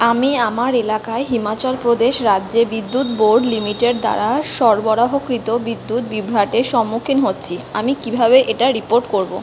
আমি আমার এলাকায় হিমাচল প্রদেশ রাজ্য বিদ্যুৎ বোর্ড লিমিটেড দ্বারা সরবরাহকৃত বিদ্যুৎ বিভ্রাটের সম্মুখীন হচ্ছি আমি কীভাবে এটা রিপোর্ট করবো